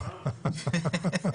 התשפ"א-2021 (פ/1994/24),